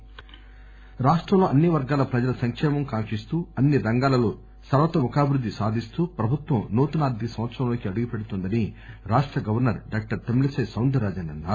గవర్స ర్ రాష్టంలో అన్ని వర్గాల ప్రజల సంకేమం కాంకిస్తూ అన్ని రంగాలలో సర్పోతముఖాభివృద్ది సాధిస్తూ ప్రభుత్వం నూతన ఆర్దిక సంవత్సరంలోకి అడుగుపెడుతోందని రాష్ట governor doctor Tamilisai Soundararajan అన్నారు